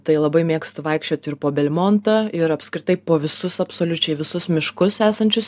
tai labai mėgstu vaikščiot ir po belmontą ir apskritai po visus absoliučiai visus miškus esančius